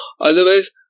Otherwise